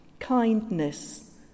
kindness